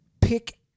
Pick